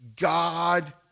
God